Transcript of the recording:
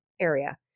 area